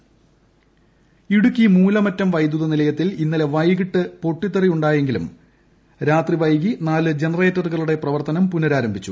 Idukki intro Idukki Moolamattom വൈദ്യുതനിലയത്തിൽ ഇന്നലെ വൈകിട്ട് പൊട്ടിത്തെറിയുണ്ടായെങ്കിലും രാത്രി വൈകി നാല് ജനറേറ്ററുകളുടെ പ്രവർത്തനം പുനഃരാരംഭിച്ചു